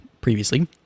previously